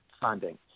funding